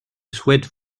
souhaite